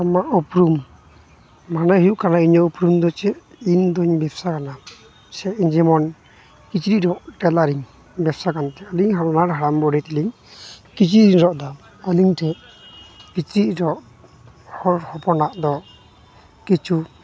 ᱟᱢᱟᱜ ᱩᱯᱨᱩᱢ ᱢᱟᱱᱮ ᱦᱩᱭᱩᱜ ᱠᱟᱱᱟ ᱤᱧᱟᱹᱜ ᱩᱯᱨᱩᱢᱫᱚ ᱪᱮᱫ ᱤᱧᱫᱚᱧ ᱵᱮᱵᱽᱥᱟᱣᱟᱞᱟ ᱡᱮᱢᱚᱱ ᱠᱤᱪᱨᱤᱡ ᱨᱚᱜ ᱴᱮᱞᱟᱨᱤᱝ ᱵᱮᱵᱽᱥᱟᱠᱟᱱ ᱛᱤᱧᱟ ᱟᱹᱞᱤᱧ ᱵᱟᱱᱟᱦᱚᱲ ᱦᱟᱲᱟᱢ ᱵᱩᱲᱦᱤ ᱛᱟᱹᱞᱤᱧ ᱠᱤᱪᱨᱤᱡ ᱞᱤᱧ ᱨᱚᱜᱫᱟ ᱟᱹᱞᱤᱧᱴᱷᱮᱱ ᱠᱤᱪᱨᱤᱡ ᱨᱚᱜ ᱦᱚᱲ ᱦᱚᱯᱚᱱᱟᱜ ᱫᱚ ᱠᱤᱪᱷᱩ